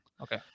Okay